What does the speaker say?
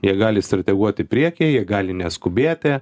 jie gali strateguoti priekyje jie gali neskubėti